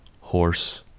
horse